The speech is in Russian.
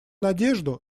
надежду